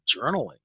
journaling